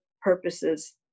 purposes